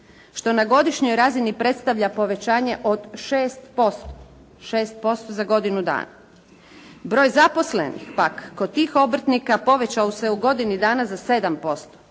što na godišnjoj razini predstavlja povećanje od 6%. 6% za godinu dana. Broj zaposlenih pak kod tih obrtnika povećao se u godini dana za 7%.